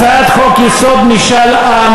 הצעת חוק-יסוד: משאל עם,